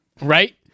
Right